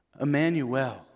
Emmanuel